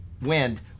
wind